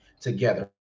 together